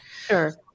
Sure